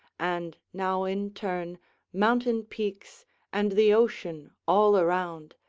and now in turn mountain peaks and the ocean all around,